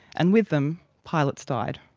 and with them, pilots died.